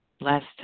last